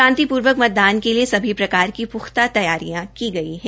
शांतिपूर्वक मतदान के लिए सभी प्रकार की पूख्ता तैयारियां की गई हैं